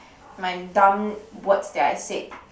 my dumb words that I said